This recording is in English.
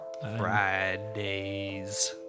Fridays